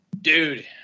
Dude